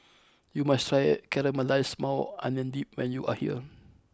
you must try Caramelized Maui Onion Dip when you are here